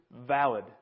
valid